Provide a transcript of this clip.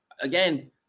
Again